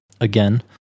Again